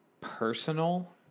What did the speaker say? personal